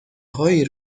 هایی